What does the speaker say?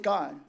God